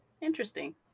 Interesting